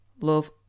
Love